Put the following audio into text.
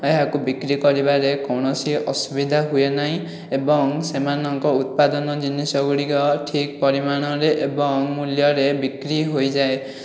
ଏହାକୁ ବିକ୍ରି କରିବାରେ କୌଣସି ଅସୁବିଧା ହୁଏ ନାହିଁ ଏବଂ ସେମାନଙ୍କ ଉତ୍ପାଦନ ଜିନିଷ ଗୁଡ଼ିକ ଠିକ୍ ପରିମାଣରେ ଏବଂ ମୂଲ୍ୟରେ ବିକ୍ରି ହୋଇଯାଏ